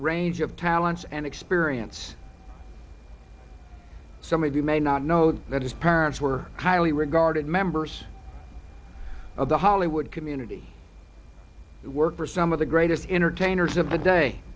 range of talents and experience some of you may not know that his parents were highly regarded members of the hollywood community that work for some of the greatest entertainers of the day